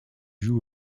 joue